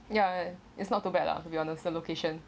ya it's not too bad lah to be honest the location